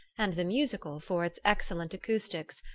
and the musical for its excellent acoustics,